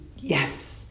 yes